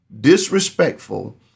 disrespectful